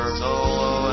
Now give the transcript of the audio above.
solo